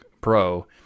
Pro